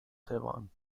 taiwan